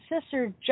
sister